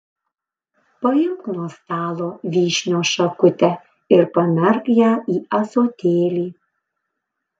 paimk nuo stalo vyšnios šakutę ir pamerk ją į ąsotėlį